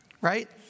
right